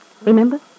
Remember